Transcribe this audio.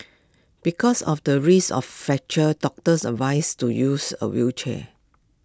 because of the risk of fractures doctors advised to use A wheelchair